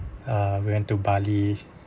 uh we went to bali